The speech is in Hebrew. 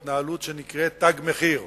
בהתנחלויות התנהלות שנקראת "תג מחיר".